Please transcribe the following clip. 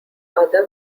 other